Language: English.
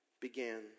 began